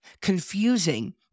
confusing